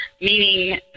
meaning